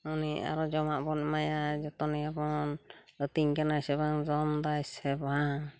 ᱩᱱᱤ ᱟᱨᱚ ᱡᱚᱢᱟᱜ ᱵᱚᱱ ᱮᱢᱟᱭᱟ ᱡᱚᱛᱚᱱᱮᱭᱟᱵᱚᱱ ᱟᱹᱛᱤᱧ ᱠᱟᱱᱟᱭ ᱥᱮ ᱵᱟᱝ ᱡᱚᱢ ᱫᱟᱭ ᱥᱮ ᱵᱟᱝ